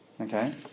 Okay